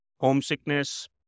homesickness